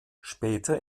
später